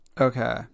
Okay